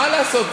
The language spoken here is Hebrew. מה לעשות?